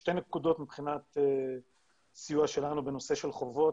שתי נקודות מבחינת סיוע שלנו בנושא של חובות.